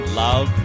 love